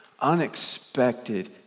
unexpected